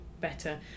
better